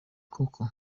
koko